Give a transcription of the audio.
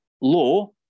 law